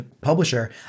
publisher